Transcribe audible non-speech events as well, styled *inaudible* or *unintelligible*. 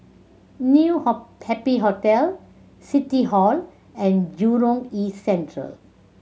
New *unintelligible* Happy Hotel City Hall and Jurong East Central